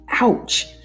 Ouch